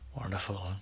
wonderful